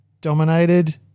dominated